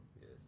Yes